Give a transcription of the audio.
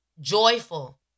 joyful